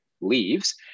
leaves